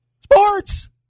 Sports